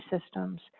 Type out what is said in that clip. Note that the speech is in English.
systems